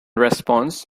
response